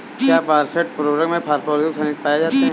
क्या फॉस्फेट उर्वरक में फास्फोरस युक्त खनिज पाए जाते हैं?